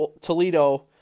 Toledo